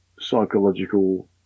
psychological